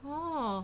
oh